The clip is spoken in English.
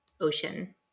ocean